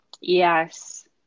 Yes